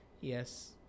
Yes